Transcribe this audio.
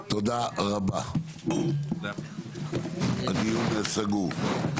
תודה רבה, הדיון סגור.